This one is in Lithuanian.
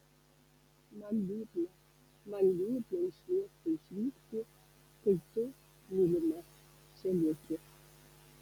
man liūdna man liūdna iš miesto išvykti kai tu mylima čia lieki